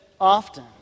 often